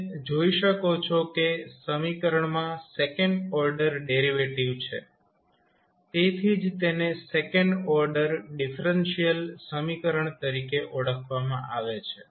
તમે જોઈ શકો છો કે સમીકરણમાં સેકન્ડ ઓર્ડર ડેરિવેટિવ છે તેથી જ તેને સેકન્ડ ઓર્ડર ડિફરેન્શિયલ સમીકરણ તરીકે ઓળખવામાં આવે છે